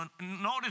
Notice